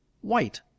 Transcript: white